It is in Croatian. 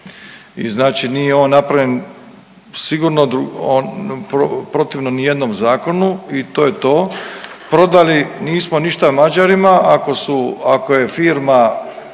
i znači nije on napravljen sigurno protivno ni jednom zakonu. I to je to. Prodali nismo ništa Mađarima, ako su, ako je firma